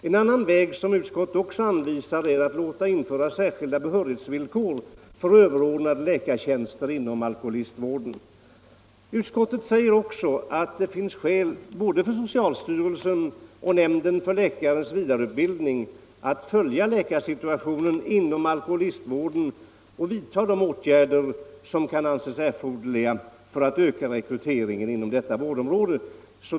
En annan väg som utskottet anvisar är att låta införa särskilda behörighetsvillkor för överordnade läkartjänster inom alkoholistvården. Utskottet säger också att det finns skäl för både socialstyrelsen och nämnden för läkares vidareutbildning att följa läkarsituationen inom alkoholistvården och vidta de åtgärder som kan anses erforderliga för att öka rekryteringen till detta vårdområde.